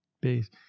base